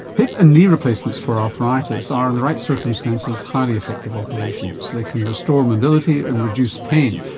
hip and knee replacements for arthritis are, in the right circumstances, highly effective operations. they can restore mobility and reduce pain.